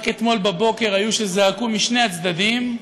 רק אתמול בבוקר היו שזעקו משני הצדדים,